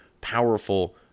powerful